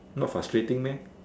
not frustrating meh